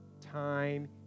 Time